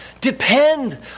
Depend